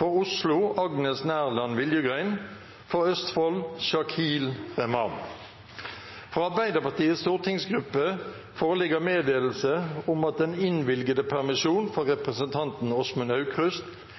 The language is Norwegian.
For Oslo: Agnes Nærland Viljugrein For Østfold: Shakeel Rehman Fra Arbeiderpartiets stortingsgruppe foreligger meddelelse om at den innvilgede permisjonen for representanten Åsmund Aukrust